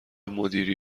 مدیری